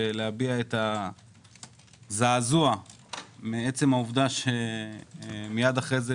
ולהביע את הזעזוע מעצם העובדה שמייד אחרי זה,